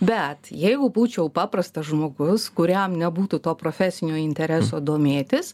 bet jeigu būčiau paprastas žmogus kuriam nebūtų to profesinio intereso domėtis